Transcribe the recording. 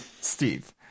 Steve